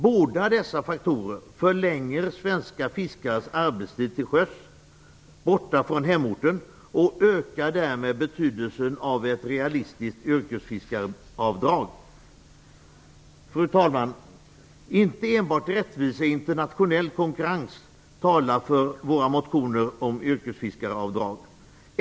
Båda dessa faktorer förlänger svenska fiskares arbetstid till sjöss, borta från hemorten, och ökar därmed betydelsen av ett realistiskt yrkesfiskaravdrag. Fru talman! Inte enbart rättvisa i en internationell konkurrens talar för våra motioner om yrkesfiskaravdrag.